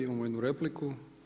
Imamo jednu repliku.